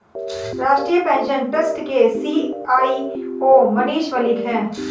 राष्ट्रीय pension trust के CEO Manish Malik है